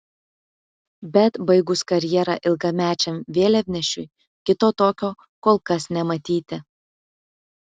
bet baigus karjerą ilgamečiam vėliavnešiui kito tokio kol kas nematyti